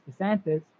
DeSantis